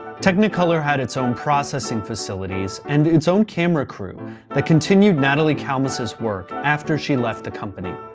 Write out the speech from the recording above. technicolor had its own processing facilities, and its own camera crew that continued natalie kalmus' work after she left the company.